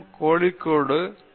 Kozhikode ஐ